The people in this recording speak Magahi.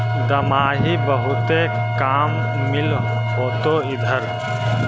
दमाहि बहुते काम मिल होतो इधर?